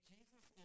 Jesus